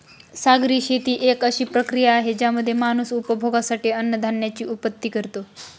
सागरी शेती एक अशी प्रक्रिया आहे ज्यामध्ये माणूस उपभोगासाठी अन्नधान्याची उत्पत्ति करतो